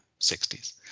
60s